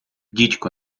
дідько